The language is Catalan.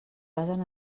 basen